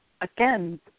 again